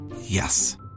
Yes